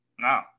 No